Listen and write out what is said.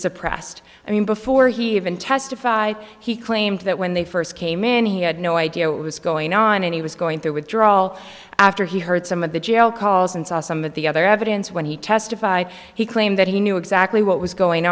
suppressed i mean before he even testified he claimed that when they first came in he had no idea what was going on and he was going through withdrawal after he heard some of the jail calls and saw some of the other evidence when he testified he claimed that he knew exactly what was going